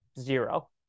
zero